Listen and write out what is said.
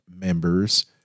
members